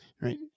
right